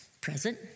present